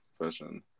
version